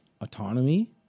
autonomy